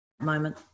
moment